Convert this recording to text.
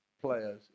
players